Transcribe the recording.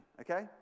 okay